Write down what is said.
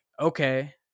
okay